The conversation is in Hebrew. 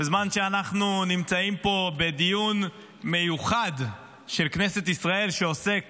בזמן שאנחנו נמצאים פה בדיון מיוחד של כנסת ישראל שעוסק